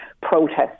protests